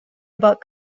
about